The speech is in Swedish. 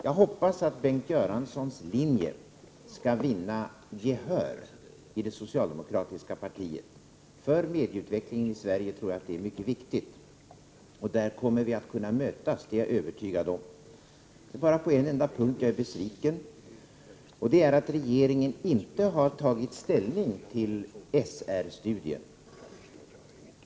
Jag hoppas att Bengt Göranssons linje skall vinna gehör i det socialdemokratiska partiet. För medieutvecklingen i Sverige tror jag att det är mycket viktigt. Där kommer vi att kunna mötas, det är jag övertygad om. Det är bara på en enda punkt jag är besviken, och det är att regeringen inte har tagit ställning till SR-studien.